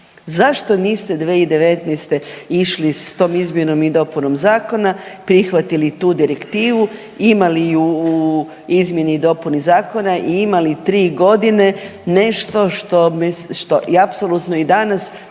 zašto niste 2019. išli s tom izmjenom i dopunom zakona prihvatili tu direktivu, imali ju u izmjeni i dopuni zakona i imali 3 godine nešto što, što i apsolutno i danas